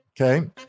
okay